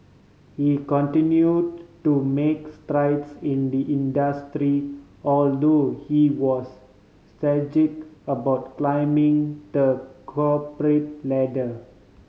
he continue to make strides in the industry although he was strategic about climbing the corporate ladder